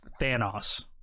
thanos